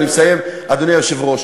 אני מסיים, אדוני היושב-ראש.